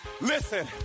Listen